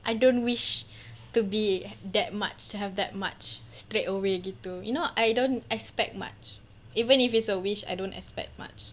I don't wish to be that much to have that much straight way begitu you know I don't expect much even if it's a wish I don't expect much